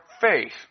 faith